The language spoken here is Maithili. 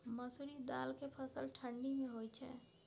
मसुरि दाल के फसल ठंडी मे होय छै?